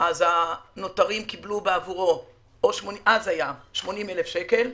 אז הנותרים קיבלו בעבורו 80 אלף שקל,